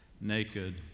naked